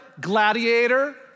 Gladiator